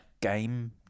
game